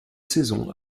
saison